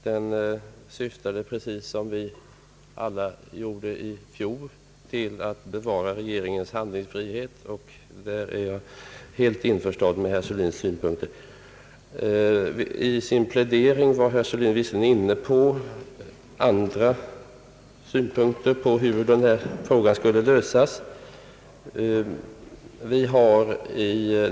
Redan i fjol syftade vi alla till att söka bevara regeringens handlingsfrihet, och på den punkten är jag helt införstådd med herr Sörlins synpunkter. I sin plädering var herr Sörlin inne på andra synpunkter på hur frågan skulle lösas.